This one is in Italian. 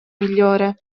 migliore